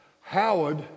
Howard